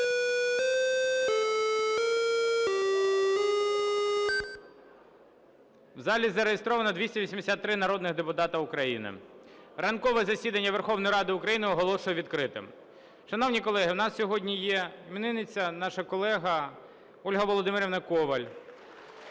У залі зареєстровано 283 народних депутати України. Ранкове засідання Верховної Ради України оголошую відкритим. Шановні колеги, у нас сьогодні є іменинниця – наша колега Ольга Володимирівна Коваль.